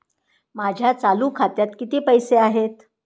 माझ्या चालू खात्यात किती पैसे आहेत?